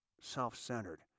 self-centered